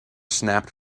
snapped